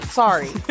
sorry